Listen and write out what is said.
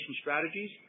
strategies